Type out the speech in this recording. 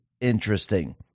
interesting